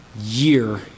year